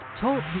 TALK